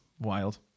wild